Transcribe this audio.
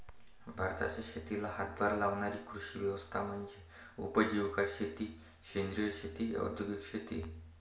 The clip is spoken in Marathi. भारताच्या शेतीला हातभार लावणारी कृषी व्यवस्था म्हणजे उपजीविका शेती सेंद्रिय शेती औद्योगिक शेती